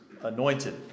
anointed